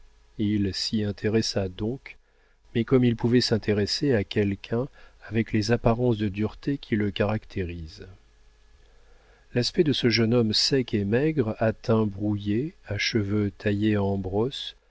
il s'y intéressa donc mais comme il pouvait s'intéresser à quelqu'un avec les apparences de dureté qui le caractérisent l'aspect de ce jeune homme sec et maigre à teint brouillé à cheveux taillés en brosse